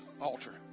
altar